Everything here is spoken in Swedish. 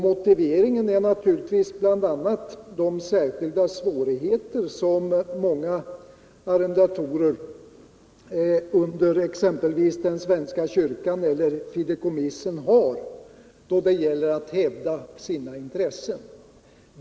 Motiveringen är bl.a. de särskilda svårigheter som många arrendatorer under svenska kyrkan och fideikommissen har då det gäller au hävda sina intressen.